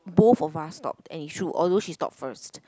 both of us stopped and it's true although she stopped first